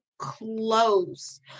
close